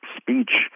speech